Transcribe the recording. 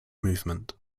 movement